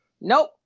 Nope